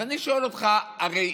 אז אני שואל אותך, הרי